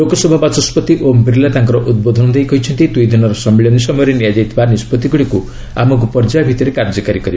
ଲୋକସଭା ବାଚସ୍କତି ଓମ୍ ବିର୍ଲା ତାଙ୍କର ଉଦ୍ବୋଧନ ଦେଇ କହିଛନ୍ତି ଦୁଇଦିନର ସମ୍ମିଳନୀ ସମୟରେ ନିଆଯାଇଥିବା ନିଷ୍ପଭିଗୁଡ଼ିକୁ ଆମକୁ ପର୍ଯ୍ୟାୟ ଭିତ୍ତିରେ କାର୍ଯ୍ୟକାରୀ କରିବାକୁ ହେବ